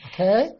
Okay